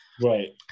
Right